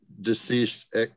deceased